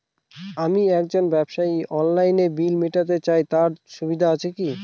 আমি একজন ব্যবসায়ী অনলাইনে বিল মিটাতে চাই তার সুবিধা আছে কি?